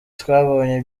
twabonye